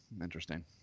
Interesting